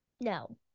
No